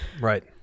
right